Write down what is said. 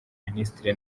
ministre